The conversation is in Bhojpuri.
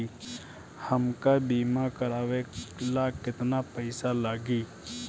हमका बीमा करावे ला केतना पईसा लागी?